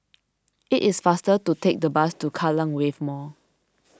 it is faster to take the bus to Kallang Wave Mall